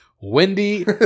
Wendy